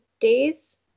days